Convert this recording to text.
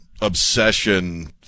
obsession